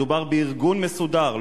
מדובר בארגון מסודר,